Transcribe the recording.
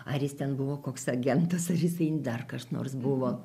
ar jis ten buvo koks agentas ar jisai dar kas nors buvo